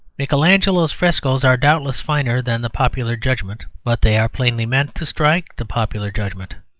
michelangelo's frescoes are doubtless finer than the popular judgment, but they are plainly meant to strike the popular judgment.